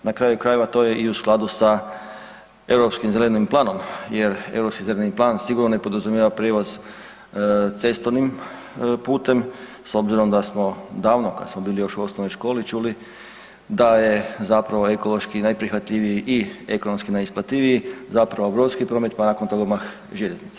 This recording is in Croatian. Na kraju krajeva to je i u skladu sa europskim zelenim planom jer europski zeleni plan sigurno ne podrazumijeva prijevoz cestovnim putem s obzirom da smo davno kad smo bili još u osnovnoj školi čuli da je zapravo ekološki najprihvatljiviji i ekonomski najisplativiji zapravo brodski promet, pa nakon toga odmah željeznica.